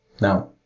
Now